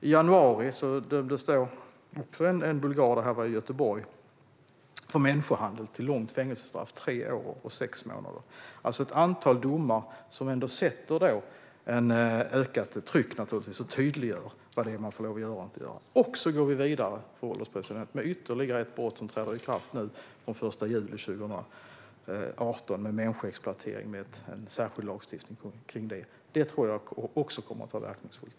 I Göteborg dömdes i januari en bulgar till ett långt fängelsestraff, tre år och sex månader, för människohandel. Det är ett antal domar som ändå innebär ett ökat tryck och gör tydligt vad man får och inte får göra. Sedan går vi vidare, fru ålderspresident, med ytterligare en lag som träder i kraft den 1 juli 2018, nämligen brottet människoexploatering. Det kommer också att vara verkningsfullt.